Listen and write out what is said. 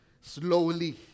Slowly